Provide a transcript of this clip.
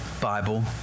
Bible